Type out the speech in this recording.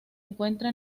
encuentra